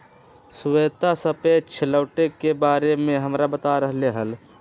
श्वेता सापेक्ष लौटे के बारे में हमरा बता रहले हल